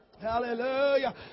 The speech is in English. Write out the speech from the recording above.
Hallelujah